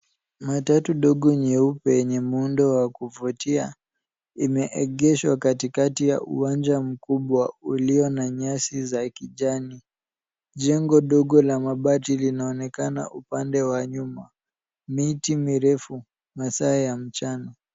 Matatu dogo nyeupe yenye muundo wa kuvutia imeegeshwa katikati ya uwanja mkubwa ulio na nyasi za kijani. Jengo dogo la mabati linaonekana upande wa nyuma. Miti mirefu masaa ya mchana.